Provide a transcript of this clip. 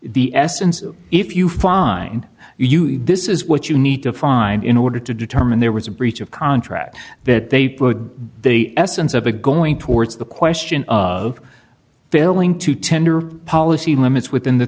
the essence if you fine you this is what you need to find in order to determine there was a breach of contract that they put they essence of a going towards the question of failing to tender policy limits within the